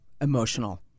emotional